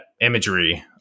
imagery